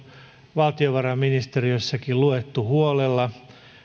valtiovarainministeriössäkin luettu huolella